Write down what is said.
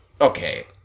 Okay